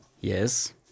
Yes